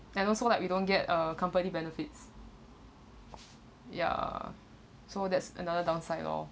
and also like we don't get uh company benefits ya so that's another downside lor